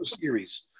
series